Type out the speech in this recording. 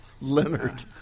Leonard